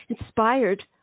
inspired